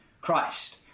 Christ